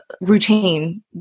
routine